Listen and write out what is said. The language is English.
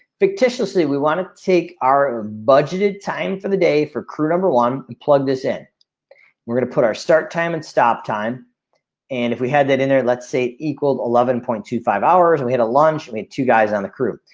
fictitious we wanna take our budgeted time for the day for crew number one. we and plug this in we're gonna put our start time and stop time and if we had that in there, let's say equal eleven point two five hours we had a lunch. we had two guys on the crew.